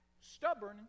stubborn